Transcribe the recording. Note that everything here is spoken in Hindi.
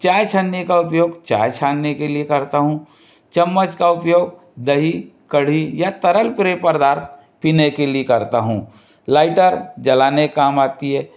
चाय छन्नी का उपयोग चाय छानने के लिए करता हूँ चम्मच का उपयोग दही कढ़ी या तरल पेय पदार्थ पीने के लिए करता हूँ लाइटर जलाने काम आती है